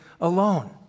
alone